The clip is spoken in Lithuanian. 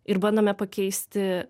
ir bandome pakeisti